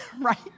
right